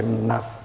enough